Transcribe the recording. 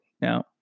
Now